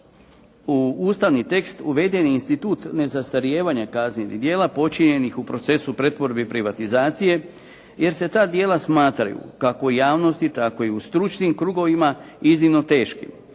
u ustavni tekst uveden je institut nezastarijevanja kaznenih djela počinjenih u procesu pretvorbe i privatizacije jer se ta djela smatraju kako u javnosti tako i u stručnim krugovima iznimno teškim